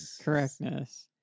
Correctness